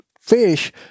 fish